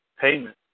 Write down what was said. payment